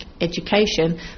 education